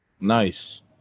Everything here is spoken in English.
nice